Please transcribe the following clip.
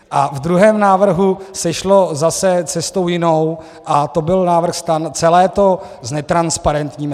A v druhém návrhu se šlo zase cestou jinou, a to byl návrh STAN celé to znetransparentníme.